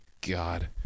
God